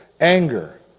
anger